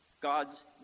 God's